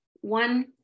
one